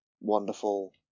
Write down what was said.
wonderful